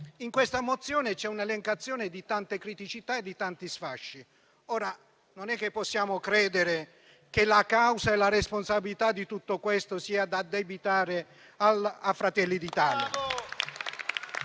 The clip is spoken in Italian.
in questa mozione c'è una elencazione di tante criticità e di tanti sfasci. Non possiamo credere che la causa e la responsabilità di tutto questo siano da addebitare a Fratelli d'Italia.